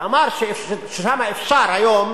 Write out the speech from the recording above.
ואמר ששם אפשר היום,